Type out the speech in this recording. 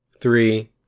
three